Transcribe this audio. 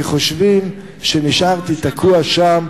כי חושבים שנשארתי תקוע שם,